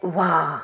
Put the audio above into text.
वाहु